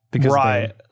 Right